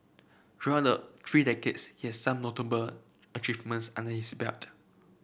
throughout the three decades he has some notable achievements under his belt